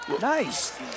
Nice